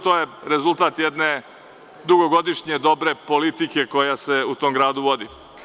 To je rezultat jedne dugogodišnje dobre politike koja se u tom gradu vodi.